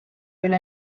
üle